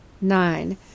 nine